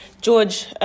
George